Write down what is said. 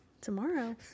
tomorrow